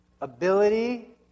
ability